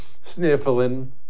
sniffling